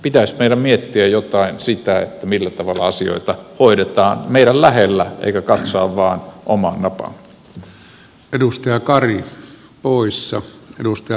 pitäisi meidän miettiä sitäkin millä tavalla asioita hoidetaan lähellä eikä katsoa vain omaan napaan